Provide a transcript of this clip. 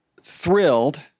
thrilled—